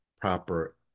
proper